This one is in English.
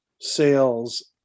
sales